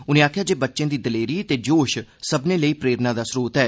उनें आक्खेया जे बच्चे दी दलेरी ते जोश सब्बनें लेई प्रेरणा स्रोत ऐ